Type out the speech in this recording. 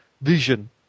vision